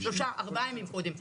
שלושה ארבעה ימים קודם,